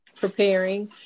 Preparing